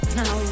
now